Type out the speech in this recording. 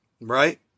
right